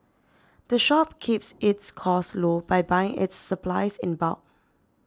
the shop keeps its costs low by buying its supplies in bulk